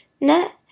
net